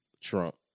Trump